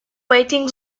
waiting